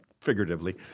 figuratively